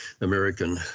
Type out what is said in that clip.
American